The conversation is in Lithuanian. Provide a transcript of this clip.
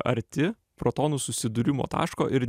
arti protonų susidūrimo taško ir